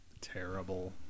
terrible